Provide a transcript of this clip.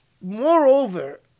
Moreover